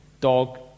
Dog